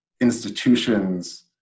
institutions